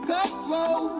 Cutthroat